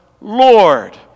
Lord